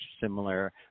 similar